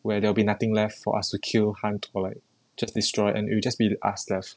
where there'll be nothing left for us to kill hunt or like to just destroy and it will just be us left